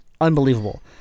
unbelievable